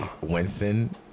Winston